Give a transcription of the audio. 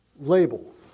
label